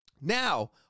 Now